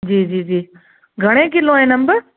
जी जी जी घणे किलो आहिनि अंब